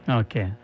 okay